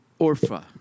Orpha